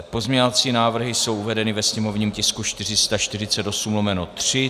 Pozměňovací návrhy jsou uvedeny ve sněmovním tisku 448/3.